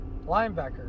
linebacker